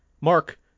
Mark